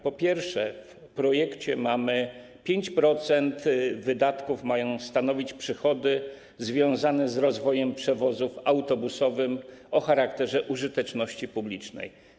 Po pierwsze, w projekcie mamy podane, że 5% wydatków mają stanowić przychody związane z rozwojem przewozów autobusowych o charakterze użyteczności publicznej.